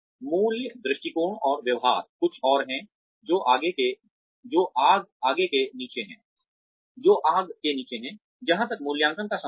मूल्य दृष्टिकोण और व्यवहार कुछ और हैं जो आग के नीचे हैं जहां तक मूल्यांकन का संबंध है